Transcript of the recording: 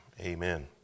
amen